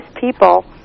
people